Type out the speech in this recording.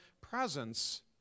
presence